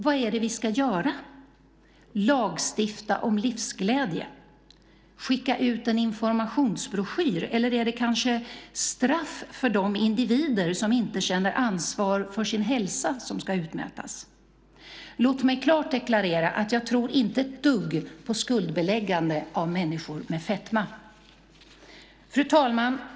Vad är det vi ska göra? Ska vi lagstifta om livsglädje? Ska vi skicka ut en informationsbroschyr? Eller är det kanske straff för de individer som inte känner ansvar för sin hälsa som ska utmätas? Låt mig klart deklarera att jag inte tror ett dugg på skuldbeläggande av människor med fetma. Fru talman!